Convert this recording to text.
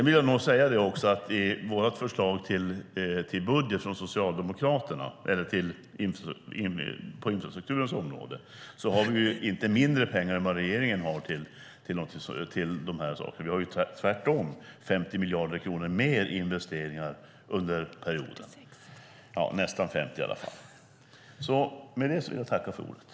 I Socialdemokraternas förslag till budget på infrastrukturens område finns inte mindre pengar än vad regeringen har anslagit till dessa frågor. Tvärtom har vi föreslagit 50 miljarder kronor mer i investeringar. : 46!) Nästan 50 i alla fall.